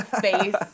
face